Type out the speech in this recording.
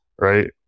Right